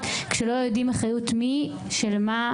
כשלא יודעים של מי האחריות ועל מה.